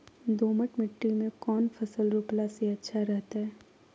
दोमट मिट्टी में कौन फसल रोपला से अच्छा रहतय?